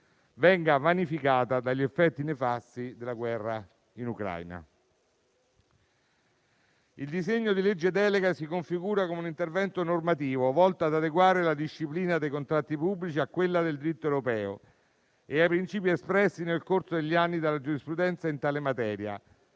venga vanificata dagli effetti nefasti della guerra in Ucraina. Il disegno di legge delega si configura come un intervento normativo volto ad adeguare la disciplina dei contratti pubblici a quella del diritto europeo e ai principi espressi nel corso degli anni dalla giurisprudenza in tale materia,